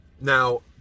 Now